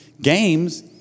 games